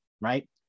right